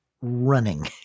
running